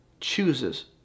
chooses